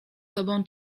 tobą